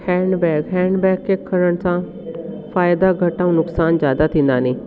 handbag handbag खे खणण सां फ़ाइदा घटि ऐं नुक़सान ज़्यादा थींदा नी